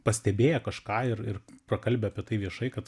pastebėję kažką ir ir prakalbę apie tai viešai kad